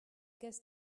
guess